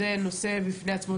זה נושא בפני עצמו.